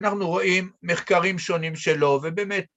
‫אנחנו רואים מחקרים שונים שלו, ‫ובאמת...